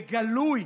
בגלוי,